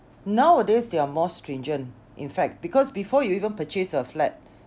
nowadays they are more stringent in fact because before you even purchase a flat